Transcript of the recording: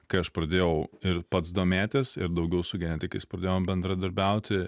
kai aš pradėjau ir pats domėtis ir daugiau su genetikais pradėjom bendradarbiauti